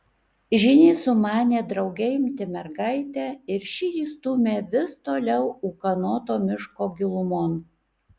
žynys sumanė drauge imti mergaitę ir ši jį stūmė vis toliau ūkanoto miško gilumon